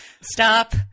stop